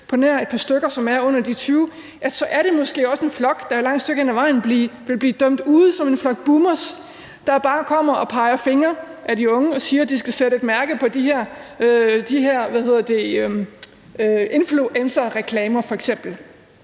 på nær et par stykker, som er under 20 år, så er det måske også en flok, der et langt stykke hen ad vejen vil blive dømt ude som en flok boomers, der bare kommer og peger fingre af de unge og siger, at de skal sætte et mærke på f.eks. de her influencerreklamer.